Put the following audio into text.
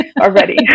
already